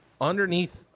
underneath